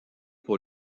pour